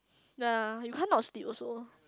ya you kind of steep also